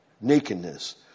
nakedness